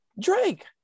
Drake